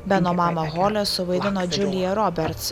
beno mamą holę suvaidino džiulija roberts